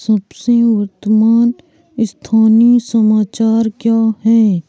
सब से वर्तमान स्थानीय समाचार क्या है